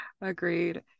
agreed